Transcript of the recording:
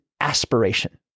aspiration